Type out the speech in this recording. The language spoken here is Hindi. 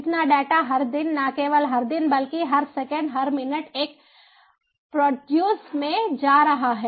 इतना डेटा हर दिन न केवल हर दिन बल्कि हर सेकेंड हर मिनट एक प्रोड्यूस में जा रहा है